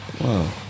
Wow